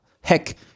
heck